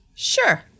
Sure